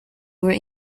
were